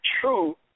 true